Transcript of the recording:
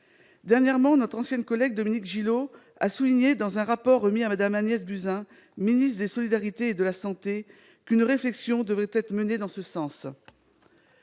télétravail. Notre ancienne collègue Dominique Gillot a récemment souligné, dans un rapport remis à Mme Agnès Buzyn, ministre des solidarités et de la santé, qu'une réflexion devrait être menée dans ce sens.